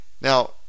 Now